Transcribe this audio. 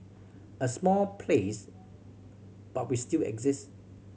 a small place but we still exist